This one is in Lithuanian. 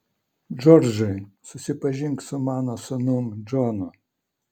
džordžai susipažink su mano sūnum džonu